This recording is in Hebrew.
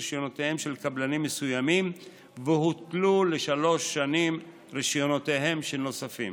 רישיונותיהם של קבלנים מסוימים והותלו לשלוש שנים רישיונותיהם של נוספים.